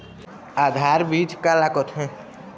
आधार बीज का ला कथें?